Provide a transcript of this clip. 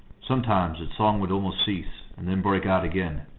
sometimes its song would almost cease, and then break out again,